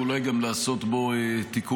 ואולי גם לעשות בו תיקון.